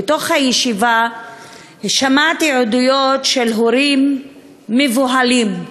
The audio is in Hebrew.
בישיבה שמעתי עדויות של הורים מבוהלים,